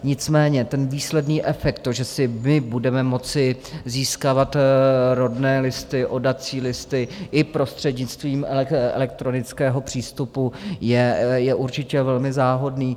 Nicméně ten výsledný efekt, to, že si my budeme moci získávat rodné listy, oddací listy i prostřednictvím elektronického přístupu, je určitě velmi záhodný.